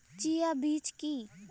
Chia বীজ কী?